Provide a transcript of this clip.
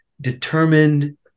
determined